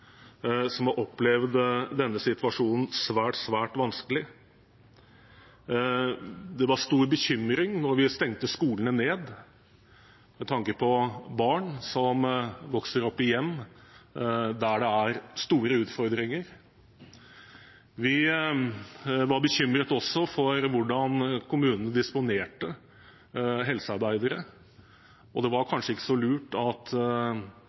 som har opplevd denne situasjon svært vanskelig. Da vi stengte skolene, var det stor bekymring for barn som vokser opp i hjem der det er store utfordringer. Vi var også bekymret for hvordan kommunene disponerte helsearbeidere, og det var kanskje ikke så lurt at